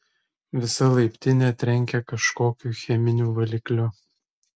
visa laiptinė trenkė kažkokiu cheminiu valikliu